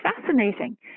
fascinating